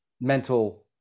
mental